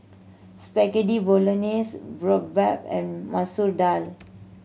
Spaghetti Bolognese Boribap and Masoor Dal